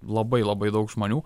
labai labai daug žmonių